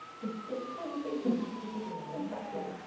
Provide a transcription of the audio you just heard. just little tiny sofas with people sitting on them. exactly.